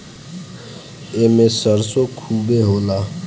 एमे सरतो खुबे होला